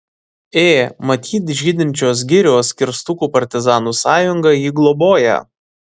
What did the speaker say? ė matyt žydinčios girios kirstukų partizanų sąjunga jį globoja